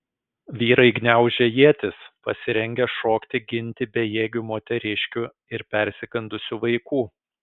vyrai gniaužė ietis pasirengę šokti ginti bejėgių moteriškių ir persigandusių vaikų